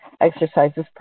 exercises